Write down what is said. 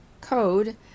code